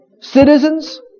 Citizens